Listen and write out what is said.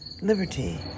Liberty